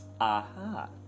Aha